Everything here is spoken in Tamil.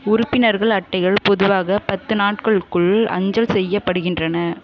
உறுப்பினர்கள் அட்டைகள் பொதுவாக பத்து நாட்களுக்குள் அஞ்சல் செய்யப்படுகின்றன